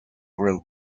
were